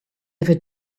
ever